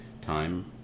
time